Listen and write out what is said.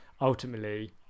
ultimately